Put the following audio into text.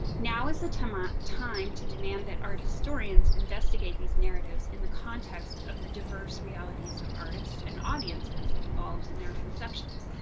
now is the time ah time to demand that art historians investigate these narratives in the context of the diverse realities of artists and audiences involved in their conceptions.